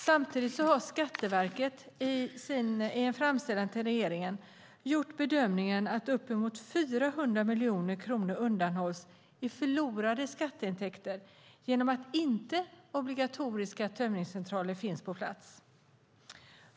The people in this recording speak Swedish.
Samtidigt har Skatteverket i en framställan till regeringen gjort bedömningen att uppemot 400 miljoner kronor undanhålls i förlorade skatteintäkter genom att obligatoriska tömningscentraler inte finns på plats.